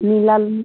नीला